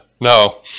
no